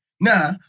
Now